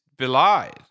belied